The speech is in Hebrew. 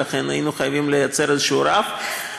ולכן היינו חייבים לייצר רף כלשהו.